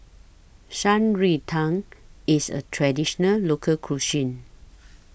Shan Rui Tang IS A Traditional Local Cuisine